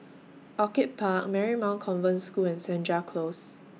Orchid Park Marymount Convent School and Senja Close